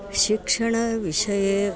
शिक्षणविषये